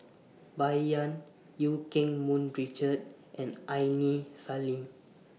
Bai Yan EU Keng Mun Richard and Aini Salim